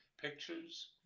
pictures